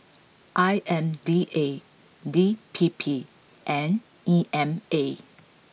I M D A D P P and E M A